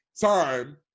time